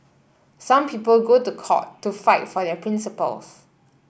some people go to court to fight for their principles